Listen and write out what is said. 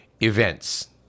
events